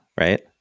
right